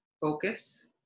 focus